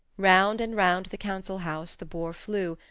round and round the council house the boar flew,